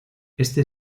este